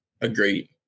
Agreed